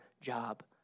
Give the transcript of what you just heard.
job